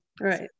Right